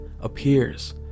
appears